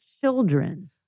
children